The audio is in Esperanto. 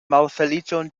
malfeliĉon